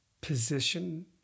position